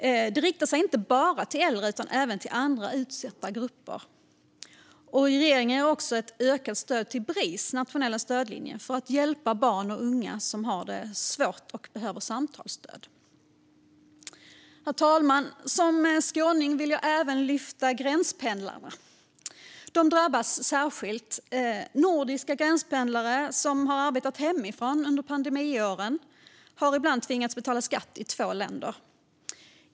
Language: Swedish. De riktar sig inte bara till äldre utan även till andra utsatta grupper. Regeringen ger också ett ökat stöd till Bris nationella stödlinje för att hjälpa barn och unga som har det svårt och behöver samtalsstöd. Herr talman! Som skåning vill jag även lyfta gränspendlarna. De drabbas särskilt. Nordiska gränspendlare som har arbetat hemifrån under pandemiåren har ibland tvingats betala skatt i två länder.